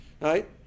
right